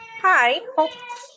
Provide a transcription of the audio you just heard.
Hi